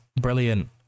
brilliant